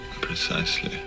Precisely